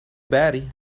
batty